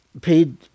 paid